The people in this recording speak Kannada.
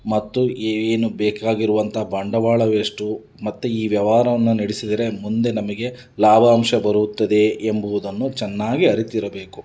ಮತ್ತು ಏನು ಬೇಕಾಗಿರುವಂತ ಬಂಡವಾಳವೆಷ್ಟು ಮತ್ತೆ ಈ ವ್ಯವಾರವನ್ನು ನಡೆಸಿದ್ರೆ ಮುಂದೆ ನಮಗೆ ಲಾಭಾಂಶ ಬರುತ್ತದೆ ಎಂಬುವುದನ್ನು ಚೆನ್ನಾಗಿ ಅರಿತಿರಬೇಕು